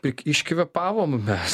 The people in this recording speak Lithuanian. tik iš kvėpavom mes